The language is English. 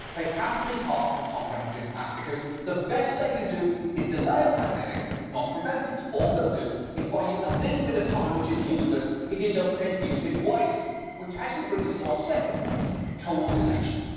they have to be part of a comprehensive plan because the best they can do is delay a pandemic, not prevent it. all they'll do is buy you a little bit of time, which is useless if you don't then use it wisely, which actually brings us to our second point coordination.